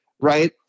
right